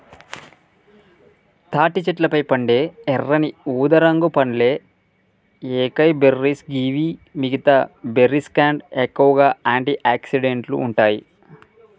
తాటి చెట్లపై పండే ఎర్రని ఊదారంగు పండ్లే ఏకైబెర్రీస్ గివి మిగితా బెర్రీస్కంటే ఎక్కువగా ఆంటి ఆక్సిడెంట్లు ఉంటాయి